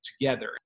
together